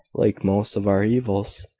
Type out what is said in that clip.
like most of our evils.